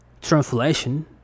translation